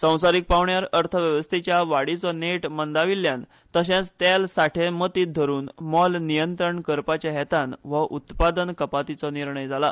संसारीक पावंड्यार अर्थवेवस्थेच्या वाढीचो नेट मंदाविल्ल्यान तशेच तेल साठे मतीत धरुन मोल नियंत्रण करपाचे हेतान हो उत्पादन कपातीचो निर्णय जाला